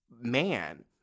man